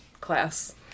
class